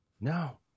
No